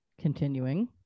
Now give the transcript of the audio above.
continuing